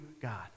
God